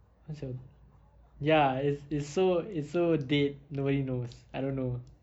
what's your ya it's it's so it's so dead nobody knows I don't know